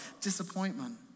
disappointment